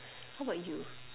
how about you